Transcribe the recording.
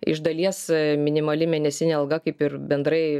iš dalies minimali mėnesinė alga kaip ir bendrai